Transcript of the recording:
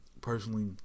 Personally